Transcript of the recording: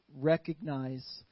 recognize